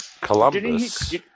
Columbus